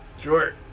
Sure